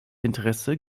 interesse